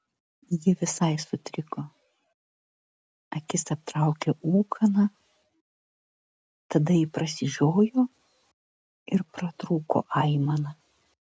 ji visai sutriko akis aptraukė ūkana tada ji prasižiojo ir pratrūko aimana